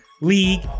League